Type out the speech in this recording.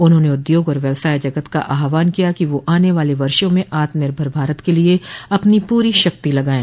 उन्होंने उद्योग और व्यवसाय जगत का आह्वान किया कि वह आने वाले वर्षों में आत्मनिर्भर भारत के लिए अपनी पूरी शक्ति लगाएं